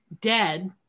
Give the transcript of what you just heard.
dead